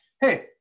hey